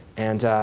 and,